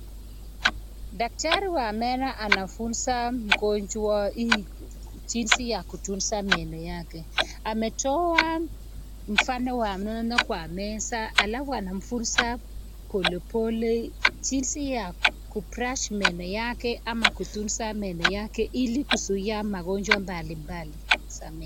Daktari wa meno anafunza mgonjwa jinsi ya kutunza meno yake, ametoa mfano wa meno kwa meza alafu anamfunza polepole jinsi ya kubrush meno yake amakurunza meno yake ili kuzuia magonjwa mbalimbali za meno.